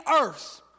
Earth